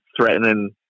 threatening